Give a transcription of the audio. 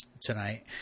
tonight